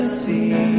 see